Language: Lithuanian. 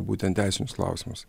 būtent teisinius klausimus